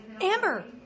Amber